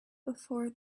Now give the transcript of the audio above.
before